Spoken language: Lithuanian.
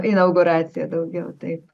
inauguraciją daugiau taip